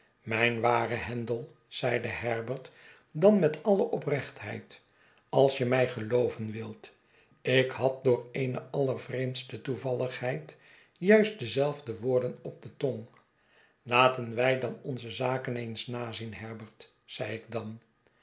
mijn waarde handel zeide herbert dan met alle oprechtheid als je mij gelooven wilt ik had door eene allervreemdste toevalligheid juist dezelfde woorden op de tong laten wij dan onze zaken eens nazien herbert zei ik dan